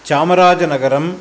चामराजनगरम्